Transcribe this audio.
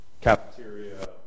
cafeteria